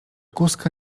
kózka